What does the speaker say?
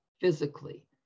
physically